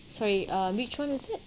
sorry uh which [one] is it